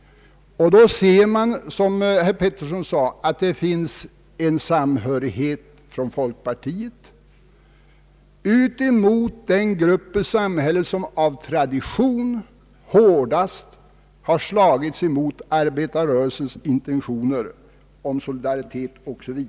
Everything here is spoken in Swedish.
Då ser vi, som herr Pettersson också erinrade om, att det finns samhörighet mellan folkpartiet och den grupp i samhället som av tradition hårdast har slagits emot arbetarrörelsens intentioner när det gäller solidaritet o.s. v.